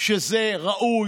שזה ראוי,